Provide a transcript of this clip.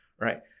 right